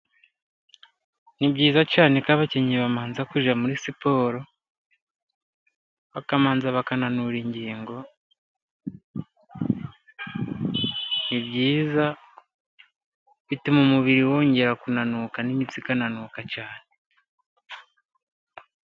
Ni byiza cyane ko abakinnyi babanza kwinjira muri siporo, bakabanza bakananura ingingo, ni byiza bituma umubiri wongera kunanuka, n'imitsi ikananuka cyane.